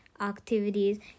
activities